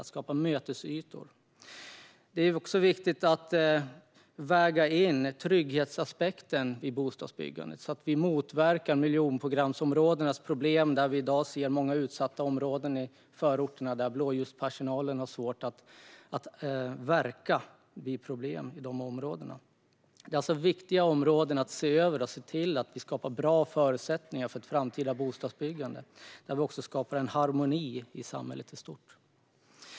Även trygghetsaspekten måste vägas in i bostadsbyggandet så att vi motverkar miljonprogramsområdenas problem. I dag ser vi många utsatta områden i förorterna där blåljuspersonal har svårt att verka när det uppstår problem. Detta är alltså viktiga områden att se över så att vi kan skapa bra förutsättningar för ett framtida bostadsbyggande där vi också skapar en harmoni i samhället i stort.